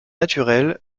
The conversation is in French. naturel